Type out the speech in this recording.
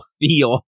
feel